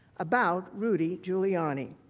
about rudy giuliani.